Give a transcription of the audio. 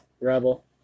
Rebel